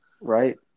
Right